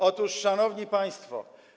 Otóż, szanowni państwo.